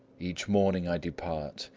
each morning i depart,